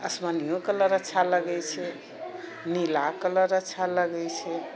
आसमानियो colour अच्छा लगै छै नीला कलर अच्छा लगै छै